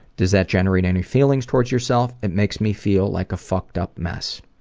does that generate any feelings towards yourself it makes me feel like a fucked up mess.